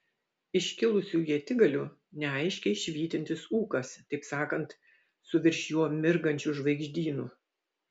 iškilusių ietigalių neaiškiai švytintis ūkas taip sakant su virš jo mirgančiu žvaigždynu